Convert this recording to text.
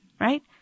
right